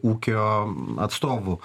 ūkio atstovų